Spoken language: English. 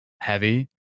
heavy